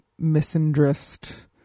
misandrist